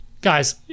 Guys